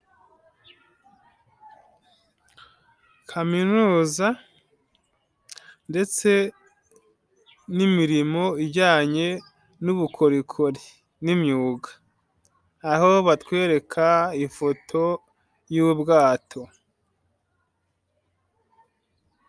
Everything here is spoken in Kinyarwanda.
Kaminuza ndetse n'imirimo ijyanye n'ubukorikori n'imyuga. Aho batwereka ifoto y'ubwato.